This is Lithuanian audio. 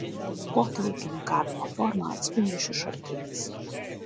kokią ūkininkavimo formą atspindi šis šaltinis